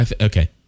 okay